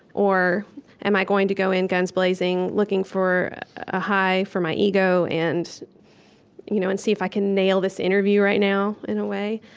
or am i going to go in, guns blazing, looking for a high for my ego, and you know and see if i can nail this interview right now, in a way?